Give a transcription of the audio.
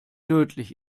tödlich